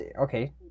okay